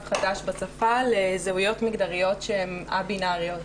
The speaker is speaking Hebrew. חדש בשפה לזהויות מגדריות שהן א-בינאריות,